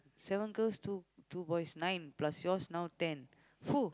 seven girls two two boys nine plus yours now ten